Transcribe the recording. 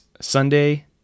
Sunday